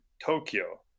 Tokyo